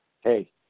Hey